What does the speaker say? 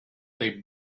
they